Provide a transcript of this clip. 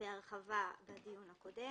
בהרחבה בדיון הקודם.